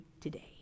today